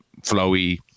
flowy